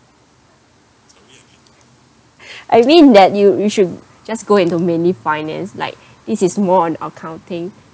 I mean that you you should just go into mainly finance like this is more on accounting